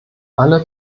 alle